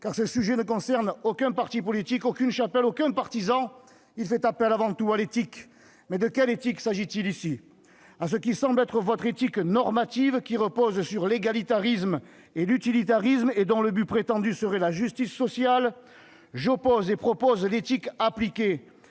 car ce sujet ne concerne aucun parti politique, aucune chapelle, aucun partisan. Il fait appel avant tout à l'éthique. Mais de quelle éthique s'agit-il ici ? À ce qui semble être votre éthique normative, reposant sur l'égalitarisme et l'utilitarisme et dont le but prétendu serait la justice sociale, j'oppose et propose l'éthique appliquée,